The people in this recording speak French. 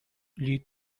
les